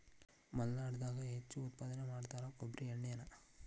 ಮಲ್ನಾಡದಾಗ ಹೆಚ್ಚು ಉತ್ಪಾದನೆ ಮಾಡತಾರ ಕೊಬ್ಬ್ರಿ ಎಣ್ಣಿನಾ